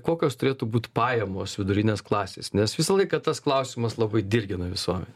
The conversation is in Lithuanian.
kokios turėtų būt pajamos vidurinės klasės nes visą laiką tas klausimas labai dirgina visuomenę